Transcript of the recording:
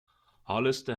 hollister